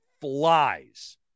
flies